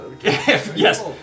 Yes